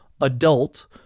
adult